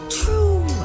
true